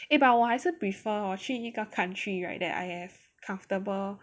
eh but 我还是 prefer hor 去一个 country right that I have comfortable